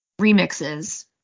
remixes